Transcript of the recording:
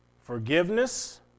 forgiveness